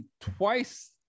twice